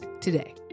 today